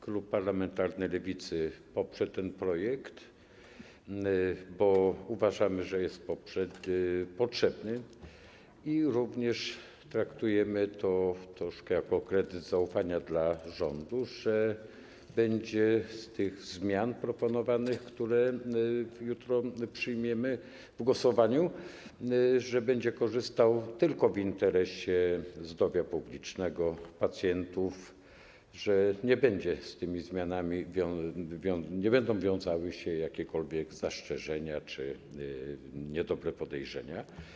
Klub parlamentarny Lewicy poprze ten projekt, bo uważamy, że jest potrzebny, i również traktujemy to troszkę jako kredyt zaufania dla rządu, że z tych proponowanych zmian, które jutro przyjmiemy w głosowaniu, będzie korzystał tylko w interesie zdrowia publicznego, pacjentów, że z tymi zmianami nie będą wiązały się jakiekolwiek zastrzeżenia czy niedobre podejrzenia.